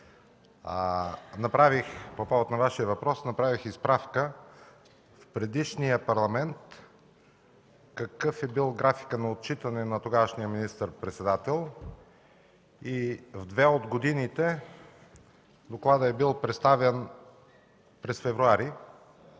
По повод на Вашия въпрос направих справка в предишния Парламент какъв е бил графикът на отчитане на тогавашния министър-председател. В две от годините докладът е бил представян през месец февруари,